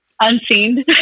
Unseen